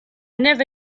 never